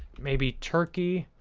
maybe turkey?